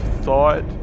thought